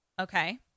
Okay